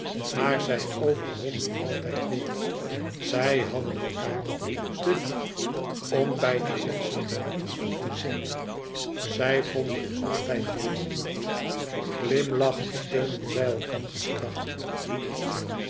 maar zij overwonnen altijd weêr zij hadden elkaâr te lief om bij den last in-een te zinken zij vonden altijd weêr wat moed glimlachend steunden zij elkanders kracht